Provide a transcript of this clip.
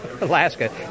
Alaska